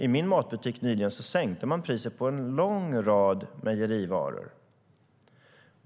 I min matbutik sänkte man nyligen priset på en lång rad mejerivaror.